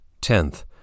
Tenth